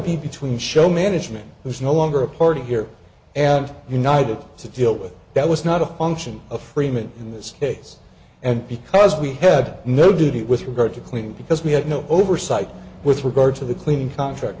be between show management who is no longer a party here and united to deal with that was not a function of freeman in this case and because we had no duty with regard to cleaning because we had no oversight with regard to the clean contract